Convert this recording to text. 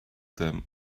them